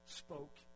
spoke